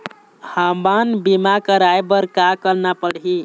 हमन बीमा कराये बर का करना पड़ही?